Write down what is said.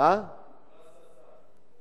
פרס השר.